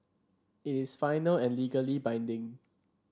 it is final and legally binding